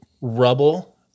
rubble